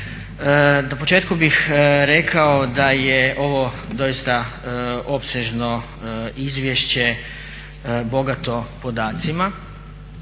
Na početku bih rekao da je ovo doista opsežno izvješće bogato podacima.